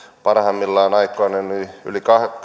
parhaimmillaan aikoinaan yli yli